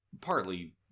partly